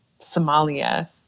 Somalia